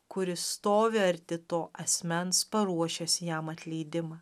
kuris stovi arti to asmens paruošęs jam atleidimą